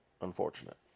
unfortunate